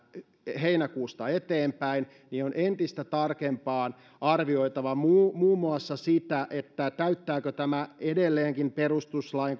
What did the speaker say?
heinäkuusta eteenpäin niin on entistä tarkempaan arvioitava muun muun muassa sitä täyttääkö tämä edelleenkin perustuslain